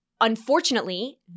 unfortunately